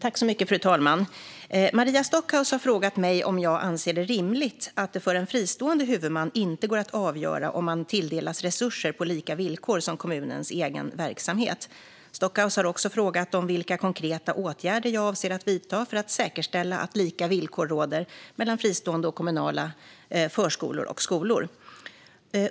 Fru talman! har frågat mig om jag anser det rimligt att det för en fristående huvudman inte går att avgöra om man tilldelats resurser på lika villkor som kommunens egen verksamhet. Stockhaus har också frågat om vilka konkreta åtgärder jag avser att vidta för att säkerställa att lika villkor råder mellan fristående och kommunala förskolor och skolor.